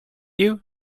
you